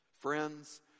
Friends